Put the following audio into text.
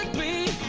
me